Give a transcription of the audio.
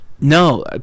No